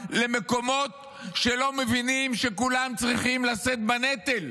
למקומות שלא מבינים שכולם צריכים לשאת בנטל?